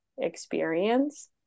experience